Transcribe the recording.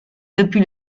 depuis